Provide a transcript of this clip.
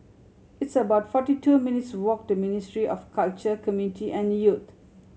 it's about forty two minutes' walk to Ministry of Culture Community and Youth